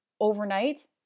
overnight